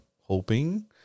hoping